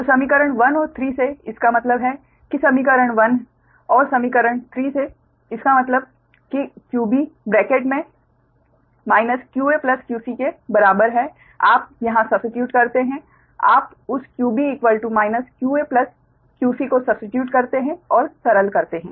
तो समीकरण 1 और 3 से इसका मतलब है कि समीकरण 1 और समीकरण 3 से इसका मतलब है कि qb ब्रैकेट मे qaqc के बराबर है आप यहां सब्स्टीट्यूट करते हैं आप उस qb qaqc को सब्स्टीट्यूट करते हैं और सरल करते हैं